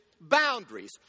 boundaries